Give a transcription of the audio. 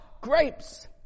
grapes